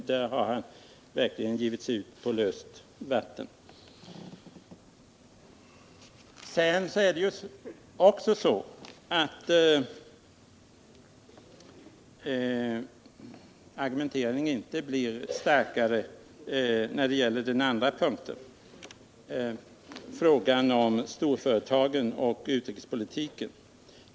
Här har han verkligen givit sig ut på djupt vatten. Argumenteringen är inte starkare när det gäller den andra punkten: frågan om storföretagen och utrikespolitiken.